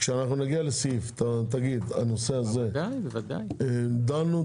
כשנגיע לסעיף תגידו לנו מה דנו,